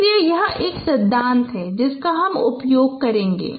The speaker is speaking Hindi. इसलिए यह एक सिद्धांत है जिसका हम उपयोग करेंगे